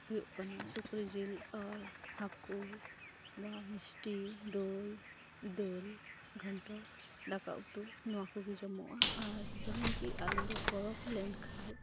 ᱦᱩᱭᱩᱜ ᱠᱟᱱᱟ ᱥᱩᱠᱨᱤ ᱡᱤᱞ ᱟᱨ ᱦᱟᱹᱠᱩ ᱵᱟ ᱢᱤᱥᱴᱤ ᱫᱳᱭ ᱫᱟᱹᱞ ᱜᱷᱚᱱᱴᱚ ᱫᱟᱠᱟ ᱩᱛᱩ ᱱᱚᱣᱟ ᱠᱚᱜᱮ ᱡᱚᱢᱚᱜᱼᱟ ᱟᱨ ᱡᱮᱢᱚᱱᱠᱤ ᱟᱞᱮ ᱞᱮ ᱯᱚᱨᱚᱵᱽ ᱞᱮᱱᱠᱷᱟᱡ